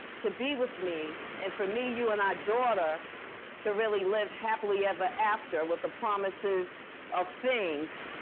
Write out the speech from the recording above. to be with me and for me, you, and our daughter to really live happily ever after with the promises of things,